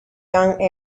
young